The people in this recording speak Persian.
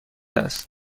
است